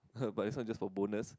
but this one just for bonus